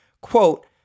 quote